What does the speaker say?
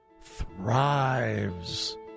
thrives